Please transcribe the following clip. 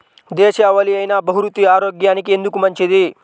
దేశవాలి అయినా బహ్రూతి ఆరోగ్యానికి ఎందుకు మంచిది?